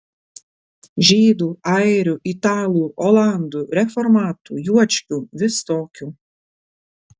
žydų airių italų olandų reformatų juočkių visokių